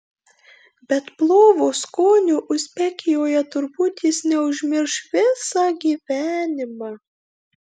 bet plovo skonio uzbekijoje turbūt jis neužmirš visą gyvenimą